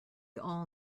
all